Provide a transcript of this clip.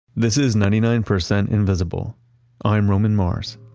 this is ninety nine percent invisible i'm roman mars